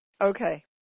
Okay